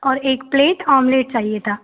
और एक plate omelette चाहिए था